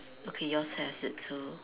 okay yours has it too